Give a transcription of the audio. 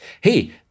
hey